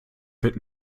wird